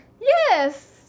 Yes